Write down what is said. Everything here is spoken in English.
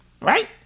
Right